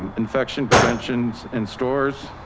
um infection prevention in stores.